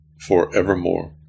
forevermore